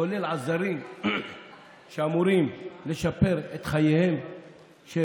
כולל עזרים שאמורים לשפר את חייהם של